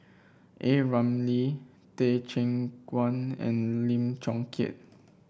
A Ramli Teh Cheang Wan and Lim Chong Keat